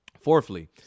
Fourthly